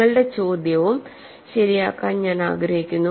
നിങ്ങളുടെ ചോദ്യവും ശരിയാക്കാൻ ഞാൻ ആഗ്രഹിക്കുന്നു